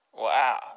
Wow